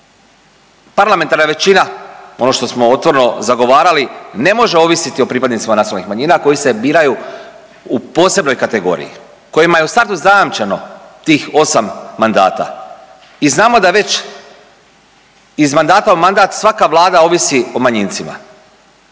parlamentarna većina ono što smo otvoreno zagovarali ne može ovisiti o pripadnicima nacionalnih manjina koji se biraju u posebnoj kategoriji kojima je u startu zajamčeno tih osam mandata i znamo da već iz mandata u mandat svaka vlada ovisi o manjincima.